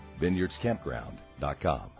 VineyardsCampground.com